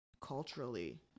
culturally